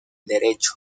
derecho